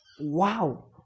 wow